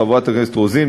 חברת הכנסת רוזין,